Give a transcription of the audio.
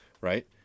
Right